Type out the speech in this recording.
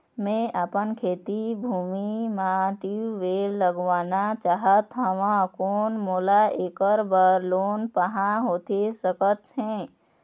मैं अपन खेती भूमि म ट्यूबवेल लगवाना चाहत हाव, कोन मोला ऐकर बर लोन पाहां होथे सकत हे?